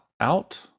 out